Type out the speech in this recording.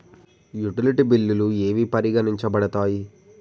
Utility బిల్లులు ఏవి పరిగణించబడతాయి?